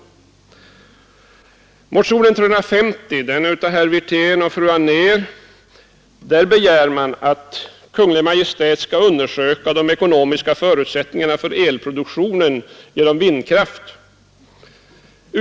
I motionen 350 av herr Wirtén och fru Anér begärs att Kungl. Maj:t skall undersöka de ekonomiska förutsättningarna för elproduktion i vindkraftverk.